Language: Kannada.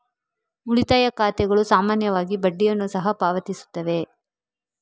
ಉಳಿತಾಯ ಖಾತೆಗಳು ಸಾಮಾನ್ಯವಾಗಿ ಬಡ್ಡಿಯನ್ನು ಸಹ ಪಾವತಿಸುತ್ತವೆ